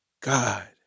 God